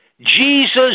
Jesus